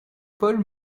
paul